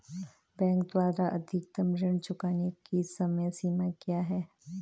Bank द्वारा अधिकतम ऋण चुकाने की समय सीमा क्या है?